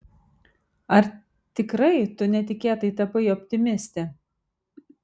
ar tikrai tu netikėtai tapai optimiste